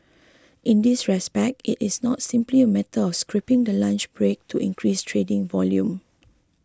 in this respect it is not simply a matter of scrapping the lunch break to increase trading volume